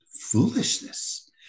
foolishness